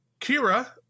Kira